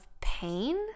pain